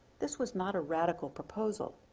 this was not a radical proposal.